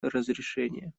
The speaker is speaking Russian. разрешения